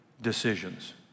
decisions